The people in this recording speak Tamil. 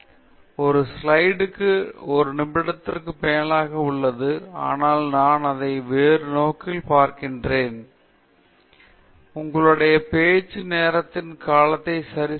எனவே ஒரு ஸ்லைடுக்கு ஒரு நிமிடத்திற்கும் மேலாக உள்ளது ஆனால் நான் அதை வேறு நோக்கில் பார்க்கிறேன் எங்களுக்கு ஐந்து தலைப்புகள் உள்ளன மற்றும் ஐம்பது நிமிடங்கள் உள்ளன எனவே நாங்கள் அந்த 10 நிமிடங்கள் கண்காணிக்கும் கட்டுப்பாட்டு வகைகளை கட்டுப்படுத்துகிறது